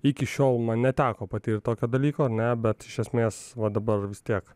iki šiol man neteko patirt tokio dalyko ne bet iš esmės va dabar vis tiek